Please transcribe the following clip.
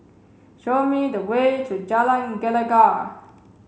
show me the way to Jalan Gelegar